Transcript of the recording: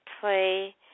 play